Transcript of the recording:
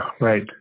Right